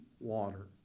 water